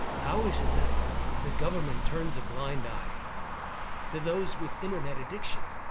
how is it that the government turns a blind eye to those with internet addiction,